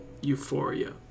Euphoria